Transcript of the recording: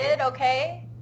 Okay